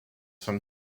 from